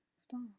Stop